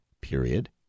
period